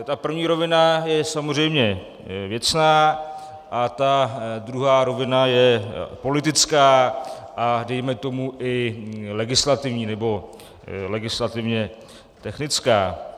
Ta první rovina je samozřejmě věcná a druhá rovina je politická a dejme tomu i legislativní nebo legislativně technická.